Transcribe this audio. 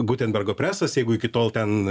gutenbergo presas jeigu iki tol ten